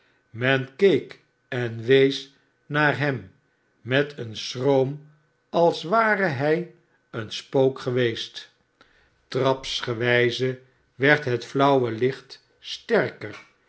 men keek en wees naar hem met eenschroom als ware hij een spook geweest trapsgewijze werd het flauwe licht sterker